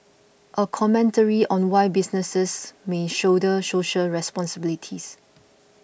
a commentary on why businesses may shoulder social responsibilities